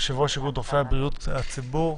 יושב-ראש איגוד רופאי בריאות הציבור.